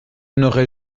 n’aurais